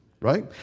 right